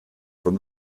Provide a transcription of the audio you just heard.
from